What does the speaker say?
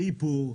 איפור,